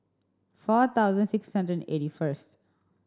four thousand six hundred and eighty first